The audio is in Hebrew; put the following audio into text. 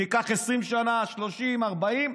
זה ייקח 20 שנה, 30, 40,